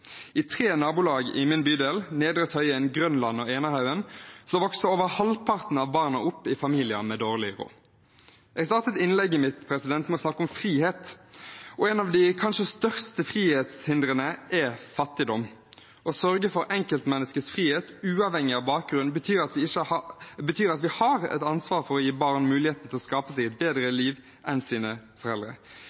I tre nabolag i min bydel, Nedre Tøyen, Grønland og Enerhaugen, vokser over halvparten av barna opp i familier med dårlig råd. Jeg startet innlegget mitt med å snakke om frihet, og en av de kanskje største frihetshindrene er fattigdom. Å sørge for enkeltmenneskets frihet uavhengig av bakgrunn betyr at vi har et ansvar for å gi barn mulighet til å skape seg et bedre liv enn sine foreldre.